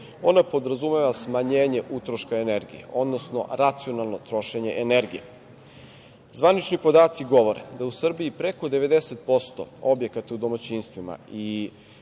Ona podrazumeva smanjenje utrošaka energije, odnosno racionalno trošenje energije. Zvanični podaci govore da u Srbiji preko 90% objekata u domaćinstvima i